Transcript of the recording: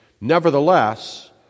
Nevertheless